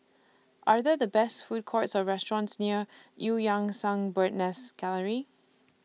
Are There Food Courts Or restaurants near EU Yan Sang Bird's Nest Gallery